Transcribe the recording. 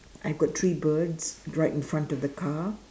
I've got three birds right in front of the car